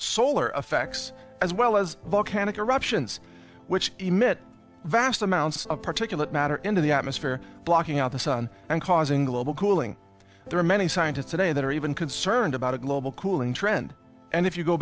solar effects as well as volcanic eruptions which emit vast amounts of particulate matter into the atmosphere blocking out the sun and causing global cooling there are many scientists today that are even concerned about a global cooling trend and if you go